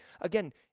again